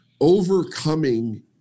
overcoming